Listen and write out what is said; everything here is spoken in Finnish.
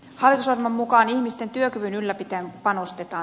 hallitusohjelman mukaan ihmisten työkyvyn ylläpitämiseen panostetaan